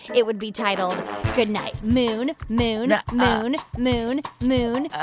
it would be titled goodnight moon, moon, moon, moon, moon,